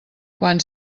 quan